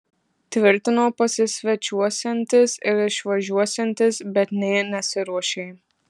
tvirtino pasisvečiuosiantis ir išvažiuosiantis bet nė nesiruošė